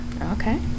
okay